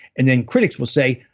and then critics will say,